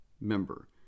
member